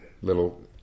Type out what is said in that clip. little